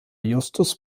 justus